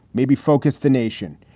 maybe focused the nation,